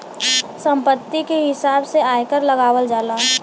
संपत्ति के हिसाब से आयकर लगावल जाला